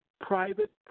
private